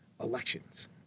elections